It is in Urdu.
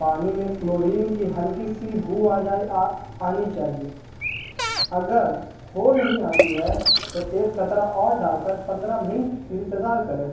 پانی میں کلورن کی ہلکی سی بو آ جائے آ آنی چاہیے اگر ہو نہیں آتی ہے تو ایک قطرہ اور ڈال کر پندرہ منٹ انتظار کریں